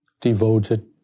devoted